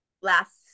last